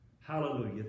Hallelujah